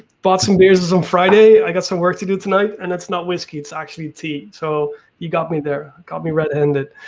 bought some beers on um friday, i've got some work to do tonight, and it's not whiskey, it's actually tea. so you got me there, caught me red-handed.